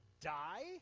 die